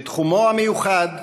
בתחומו המיוחד,